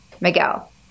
Miguel